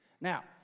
Now